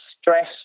stress